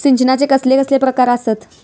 सिंचनाचे कसले कसले प्रकार आसत?